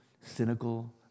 cynical